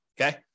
Okay